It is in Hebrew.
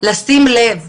לשים לב,